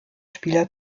spieler